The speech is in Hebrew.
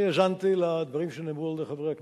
אני האזנתי לדברים שנאמרו על-ידי חברי הכנסת.